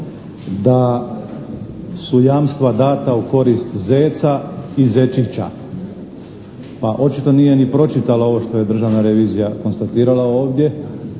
da su jamstva dana u korist Zeca i zečiča. Pa očito nije ni pročitala ovo što je Državna revizija konstatirala ovdje